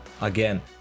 Again